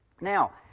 Now